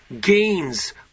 gains